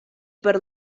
per